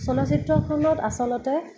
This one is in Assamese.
চলচিত্ৰখনত আচলতে